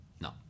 No